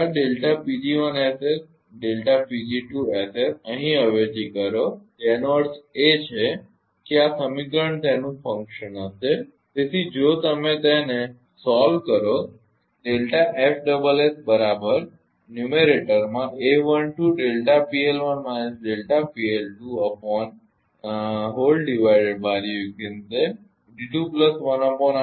હવે આ અહીં અવેજી કરો જેનો અર્થ છે કે આ સમીકરણ તેનું ફંકશન હશે તેથી જો તમે તેને હલ કરો